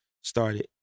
started